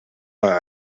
bei